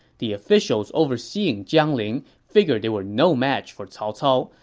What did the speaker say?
the officials overseeing jiangling figured they were no match for cao cao,